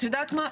את יודעת מה?